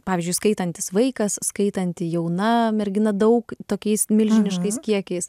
pavyzdžiui skaitantis vaikas skaitanti jauna mergina daug tokiais milžiniškais kiekiais